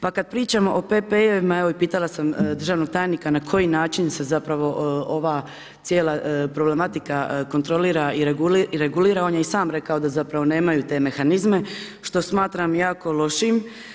Pa kad pričamo o PP, evo pitala sam državnog tajnika, na koji način se cijela problematika kontrolira i regulira, on je i sam rekao, da zapravo nemaju te mehanizme, što smatram, jako lošim.